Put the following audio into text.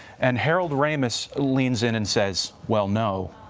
and harold ramos leans in and says well, no.